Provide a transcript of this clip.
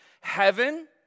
heaven